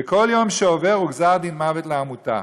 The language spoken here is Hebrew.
וכל יום שעובר הוא גזר דין מוות לעמותה.